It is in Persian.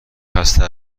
خسته